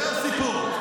זה הסיפור.